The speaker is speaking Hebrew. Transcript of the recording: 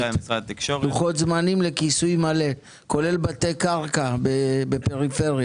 לוחות זמנים לכיסוי מלא, כולל בתי קרקע בפריפריה.